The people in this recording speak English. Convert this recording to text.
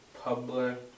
public